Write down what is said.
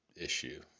issue